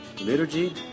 liturgy